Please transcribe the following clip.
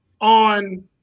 on